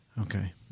Okay